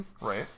Right